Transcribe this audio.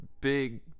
big